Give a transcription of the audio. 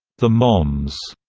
the moms,